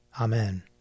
Amen